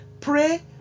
pray